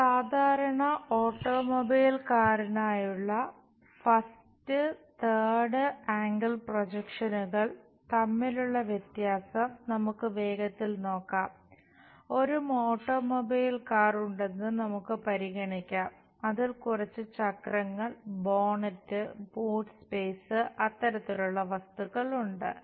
ഒരു സാധാരണ ഓട്ടോമൊബൈൽ കാറിനായുള്ള അത്തരത്തിലുള്ള വസ്തുക്കൾ ഉണ്ട്